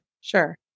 Sure